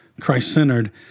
Christ-centered